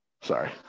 sorry